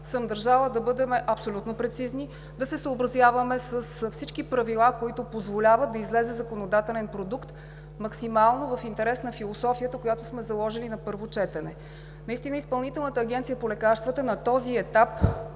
съм държала да бъдем абсолютно прецизни, да се съобразяваме с всички правила, които позволяват да излезе законодателен продукт, максимално в интерес на философията, която сме заложили на първо четене. Изпълнителната агенция по лекарствата на този етап